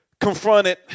confronted